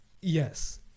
Yes